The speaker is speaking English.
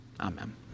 Amen